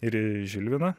ir žilviną